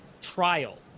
trial